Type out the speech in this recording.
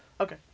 Okay